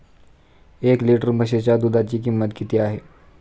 एक लिटर म्हशीच्या दुधाची किंमत किती आहे?